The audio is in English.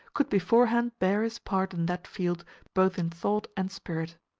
could beforehand bear his part in that field both in thought and spirit.